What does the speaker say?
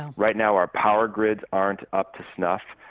right now our power grids aren't up to snuff.